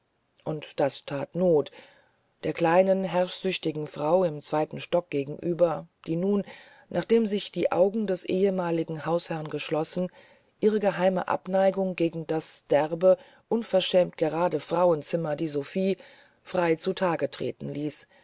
und das that not der kleinen herrschsüchtigen frau im zweiten stock gegenüber die nun nachdem sich die augen des ehemaligen hausherrn geschlossen ihre geheime abneigung gegen das derbe unverschämt gerade frauenzimmer die sophie frei zu tage treten ließ